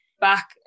Back